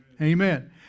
Amen